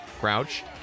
Grouch